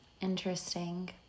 Interesting